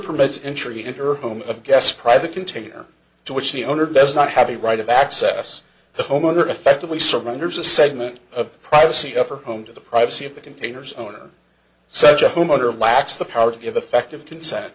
permits injury in her home of guess private container to which the owner does not have the right of access the homeowner effectively surrenders a segment of privacy of her home to the privacy of the containers owner such a home owner lacks the power to give effective consent